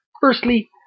Firstly